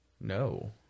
No